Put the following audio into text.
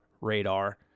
radar